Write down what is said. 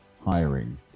hiring